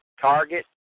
Target